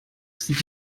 sind